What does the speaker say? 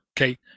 okay